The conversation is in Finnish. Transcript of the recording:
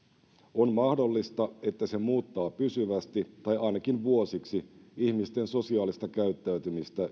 on mahdollista että se muuttaa pysyvästi tai ainakin vuosiksi ihmisten sosiaalista käyttäytymistä